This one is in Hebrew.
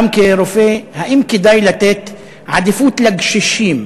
גם כרופא, האם כדאי לתת עדיפות לקשישים